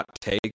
take